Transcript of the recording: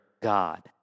God